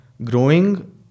Growing